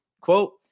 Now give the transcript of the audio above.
Quote